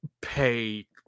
pay